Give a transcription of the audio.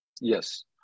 Yes